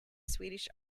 swedish